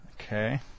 Okay